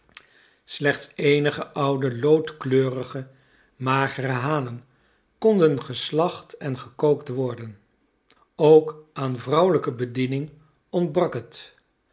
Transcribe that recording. slechts eenige oude loodkleurige magere hanen konden geslacht en gekookt worden ook aan vrouwelijke bediening ontbrak het